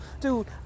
Dude